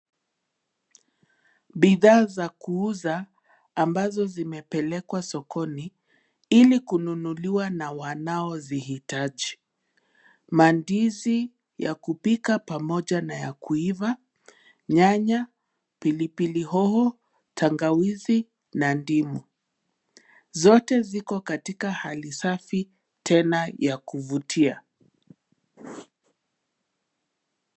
Bidhaa za kuuza ambazo zimepelekwa sokoni ili kununuliawa na wanaozihitaji. Mandizi ya kupika pamoja na ya kuiva, nyanya, pilipili hoho, tangawizi na ndimu. Zote ziko katika hali safi tena ya kuvutia.